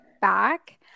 back